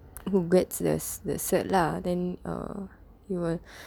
who gets the cert~ lah then err you will